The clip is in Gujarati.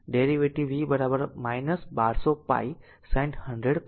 derivative v 1200 pi sin 100πt law